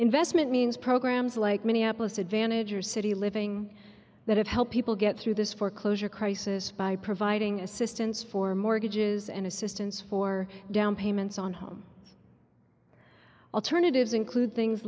investment means programs like minneapolis advantage or city living that help people get through this foreclosure crisis by providing assistance for mortgages and assistance for down payments on home alternatives include things